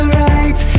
right